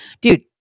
dude